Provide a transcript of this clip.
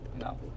no